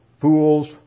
Fools